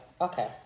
Okay